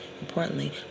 importantly